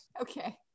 okay